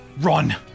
run